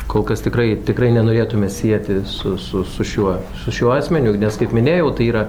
kol kas tikrai tikrai nenorėtume sieti su su su šiuo su šiuo asmeniu nes kaip minėjau tai yra